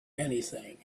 anything